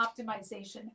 optimization